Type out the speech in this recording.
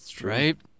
right